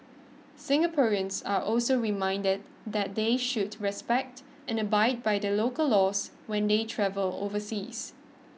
Singaporeans are also reminded that they should respect and abide by the local laws when they travel overseas